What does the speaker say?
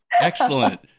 Excellent